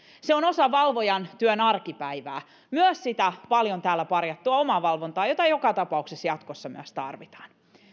se on osa valvojan työn arkipäivää myös sitä paljon täällä parjattua omavalvontaa jota joka tapauksessa jatkossa myös tarvitaan